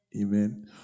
Amen